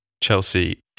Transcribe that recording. Chelsea